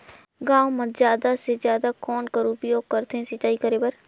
गांव म जादा से जादा कौन कर उपयोग करथे सिंचाई करे बर?